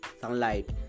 sunlight